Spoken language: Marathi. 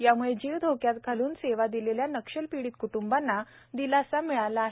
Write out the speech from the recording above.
यामुळे जीव धोक्यात घालून सेवा दिलेल्या नक्षलपीडित क्टुंबांना दिलासा मिळाला आहे